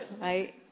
right